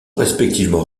respectivement